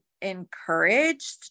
encouraged